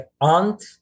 aunt